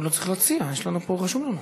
איזה יופי העסקאות האלה שאתם עושים כאן.